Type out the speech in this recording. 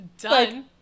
Done